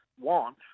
want